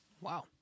Wow